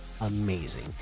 amazing